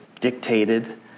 dictated